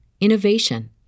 innovation